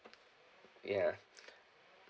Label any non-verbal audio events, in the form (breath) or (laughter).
ya (breath)